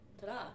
ta-da